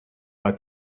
are